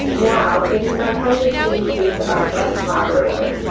now, it is my pleasure to introduce our guest moderator,